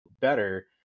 better